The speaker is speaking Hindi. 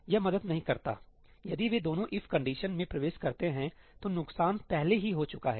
यह मदद नहीं करता है सही यदि वे दोनों ईफ कंडीशनमें प्रवेश करते हैं तो नुकसान पहले ही हो चुका है